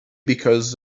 because